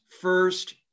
first